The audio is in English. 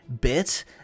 bit